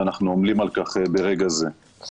ואנחנו עמלים על כך ברגע זה.